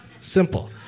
simple